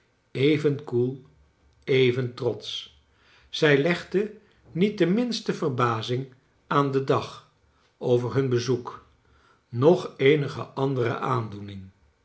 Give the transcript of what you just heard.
even koel even trotsch zij legde niet de minste verbazing aan den dag over hun bezoek noch eenige andere aandoening